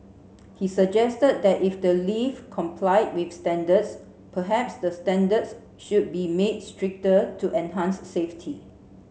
he suggested that if the lift complied with standards perhaps the standards should be made stricter to enhance safety